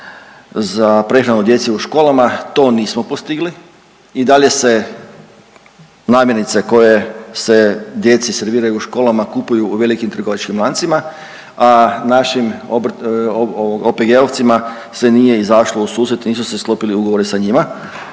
za prehranu djece u školama, to nismo postigli i dalje se namirnice koje se djeci serviraju u školama kupuju u velikim trgovačkim lancima, a našim OPG-ovcima se nije izašlo u susret i nisu se sklopili ugovori sa njima,